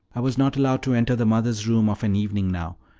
i was not allowed to enter the mother's room of an evening now,